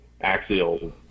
Axial